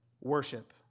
worship